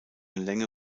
länge